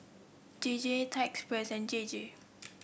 J J Thai Express J J